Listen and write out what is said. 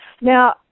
Now